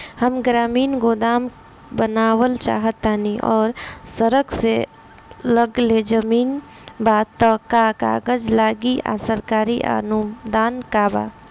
हम ग्रामीण गोदाम बनावल चाहतानी और सड़क से लगले जमीन बा त का कागज लागी आ सरकारी अनुदान बा का?